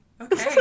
Okay